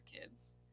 kids